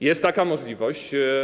Jest taka możliwość.